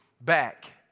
back